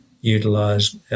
utilise